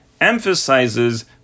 emphasizes